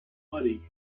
muddy